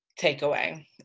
takeaway